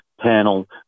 panel